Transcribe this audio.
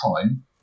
time